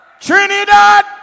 Trinidad